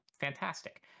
Fantastic